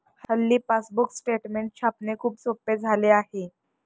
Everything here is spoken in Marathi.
हल्ली पासबुक स्टेटमेंट छापणे खूप सोपे झाले आहे